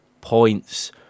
points